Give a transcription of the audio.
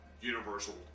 universal